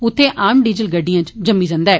उत्थै आम डीजल गड्डियें च जम्मी जंदा ऐ